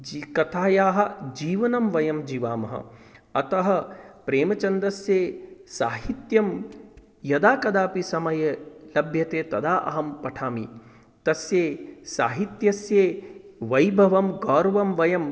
जी कथायाः जीवनं वयं जीवामः अतः प्रेमचन्दस्य साहित्यं यदा कदापि समयं लभ्यते तदा अहं पठामि तस्य साहित्यस्य वैभवं गौरवं वयं